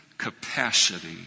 capacity